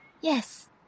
Yes